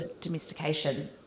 domestication